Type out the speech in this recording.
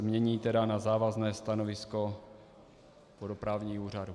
Mění se to tedy na závazné stanovisko vodoprávního úřadu.